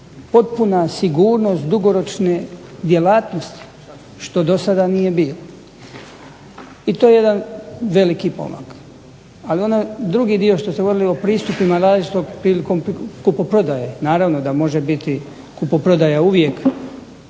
potpuna sigurnost dugoročne djelatnosti, što do sada nije bilo. I to je jedan veliki pomak. Ali onaj drugi dio što ste govorili o pristupima različitog prilikom kupoprodaje, naravno da može biti kupoprodaja uvijek